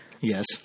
Yes